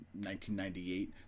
1998